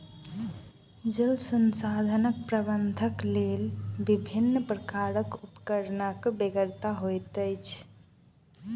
जल संसाधन प्रबंधनक लेल विभिन्न प्रकारक उपकरणक बेगरता होइत अछि